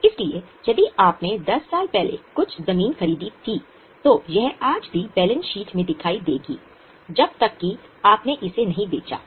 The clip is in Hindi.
इसलिए यदि आपने 10 साल पहले कुछ जमीन खरीदी है तो यह आज भी बैलेंस शीट में दिखाई देगा जब तक कि आपने इसे नहीं बेचा है